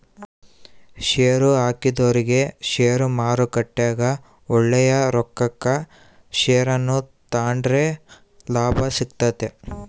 ಷೇರುಹಾಕಿದೊರಿಗೆ ಷೇರುಮಾರುಕಟ್ಟೆಗ ಒಳ್ಳೆಯ ರೊಕ್ಕಕ ಷೇರನ್ನ ತಾಂಡ್ರೆ ಲಾಭ ಸಿಗ್ತತೆ